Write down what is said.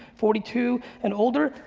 forty two and older.